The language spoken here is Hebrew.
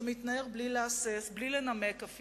שמתנער בלי להסס ובלי אפילו לנמק,